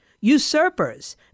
usurpers